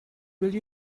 will